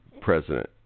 president